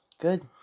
Good